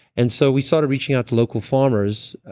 and so we started reaching out to local farmers.